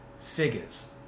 figures